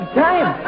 time